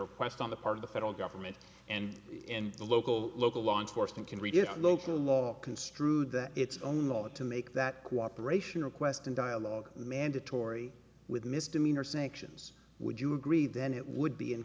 request on the part of the federal government and the local local law enforcement can read it and local law construed that it's own law to make that cooperation request and dialogue mandatory with misdemeanor sanctions would you agree then it would be in